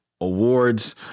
Awards